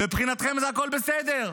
מבחינתכם הכול בסדר,